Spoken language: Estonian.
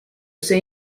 see